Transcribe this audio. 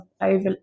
over